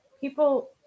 people